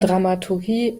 dramaturgie